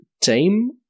tame